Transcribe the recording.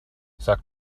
sag